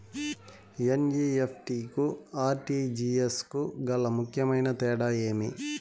NEFT కు RTGS కు గల ముఖ్యమైన తేడా ఏమి?